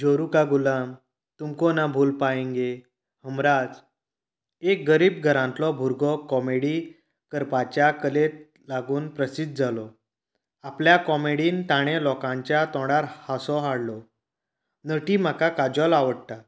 ज्योरु का गुलाम तुमको ना भुल पायेंगे हमराज एक गरीब घरांतलो भुरगो कॉमेडी करपाच्या कलेक लागून प्रसिध्द जालो आपल्या कॉमेडीन तांणे लोकांच्या तोंडार हांसो हाडलो नटी म्हाका काजल आवडटा